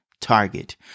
target